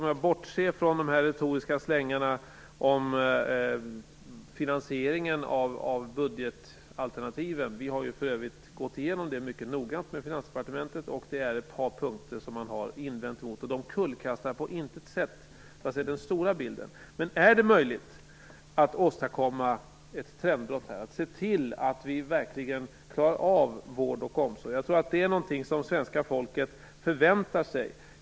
Jag bortser från de retoriska slängarna om finansieringen av budgetalternativen. Vi har ju för övrigt gått igenom detta mycket noggrant med Finansdepartementet, och det är ett par punkter som de har invändningar emot. De kullkastar på intet sätt den stora bilden. Är det möjligt att åstadkomma ett trendbrott här och se till att vi verkligen klarar av vård och omsorg? Jag tror att det är någonting som svenska folket förväntar sig.